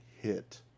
hit